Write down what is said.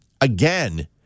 again